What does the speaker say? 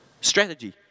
strategy